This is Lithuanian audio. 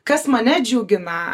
kas mane džiugina